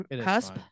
Cusp